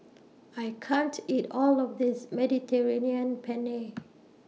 I can't eat All of This Mediterranean Penne